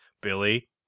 Billy